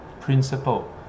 principle